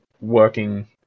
working